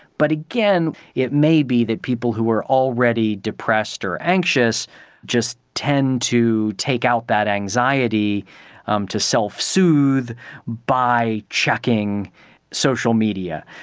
but again, it may be that people who are already depressed or anxious just tend to take out that anxiety um to self-soothe by checking social media.